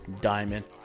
diamond